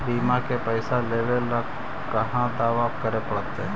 बिमा के पैसा लेबे ल कहा दावा करे पड़तै?